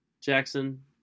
Jackson